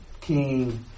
king